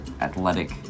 athletic